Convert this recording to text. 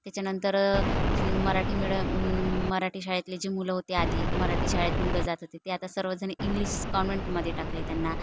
त्याच्यानंतर मराठी मिडम मराठी शाळेतले जे मुलं होते आधी मराठी शाळेत मुलं जात होते ते आता सर्वजन इंग्लिश कॉन्व्हेंटमध्ये टाकलं आहे त्यांना